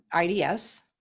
IDS